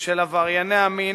של עברייני המין,